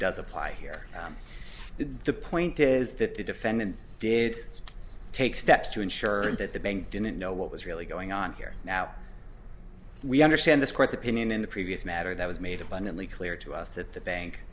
does apply here the point is that the defendant did take steps to ensure that the bank didn't know what was really going on here now we understand this court's opinion in the previous matter that was made abundantly clear to us that the bank